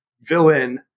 villain